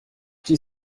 die